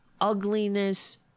ugliness